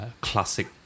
Classic